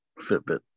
fitbit